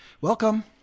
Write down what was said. Welcome